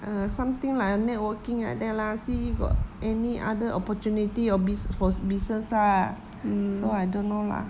err something like a networking like that lah see if got any other opportunity or busin~ for business lah so I don't know lah